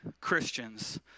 Christians